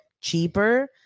cheaper